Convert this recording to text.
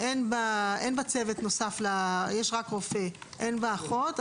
הוא הרופא,